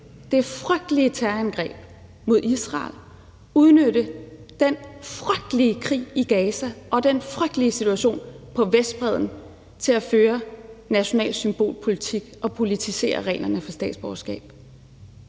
det frygtelige terrorangreb mod Israel, udnytte den frygtelige krig i Gaza og den frygtelige situation på Vestbredden til at føre national symbolpolitik og politisere reglerne for statsborgerskab?